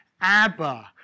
Abba